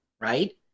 right